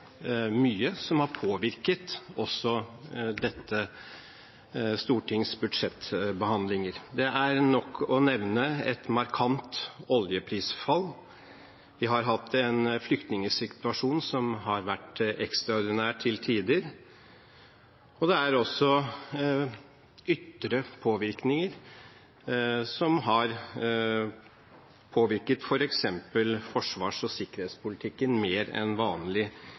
mye som har påvirket også dette stortings budsjettbehandlinger. Det er nok å nevne et markant oljeprisfall, vi har hatt en flyktningsituasjon som til tider har vært ekstraordinær, og det er også ytre forhold som har påvirket f.eks. forsvars- og sikkerhetspolitikken mer enn vanlig